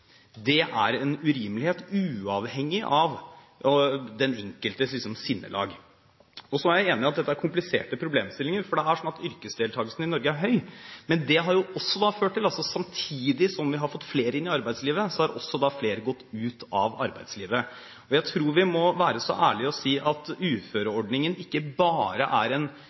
Det er en urimelighet uavhengig av den enkeltes sinnelag. Så er jeg enig i at dette er kompliserte problemstillinger, for det er slik at yrkesdeltakelsen i Norge er høy, men det har ført til at samtidig som vi har fått flere inn i arbeidslivet, har flere gått ut av arbeidslivet. Jeg tror vi må være så ærlige å si at uføreordningen også er en ordning for å motvirke fattigdom, men den skyldes ikke bare